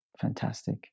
Fantastic